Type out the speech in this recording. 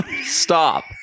stop